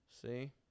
See